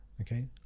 okay